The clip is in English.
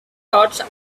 thought